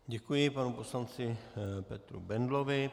Děkuji panu poslanci Petru Bendlovi.